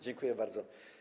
Dziękuję bardzo.